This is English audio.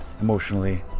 emotionally